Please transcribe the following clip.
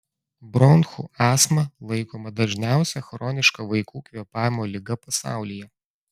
bronchų astma laikoma dažniausia chroniška vaikų kvėpavimo liga pasaulyje